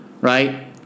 Right